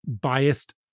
biased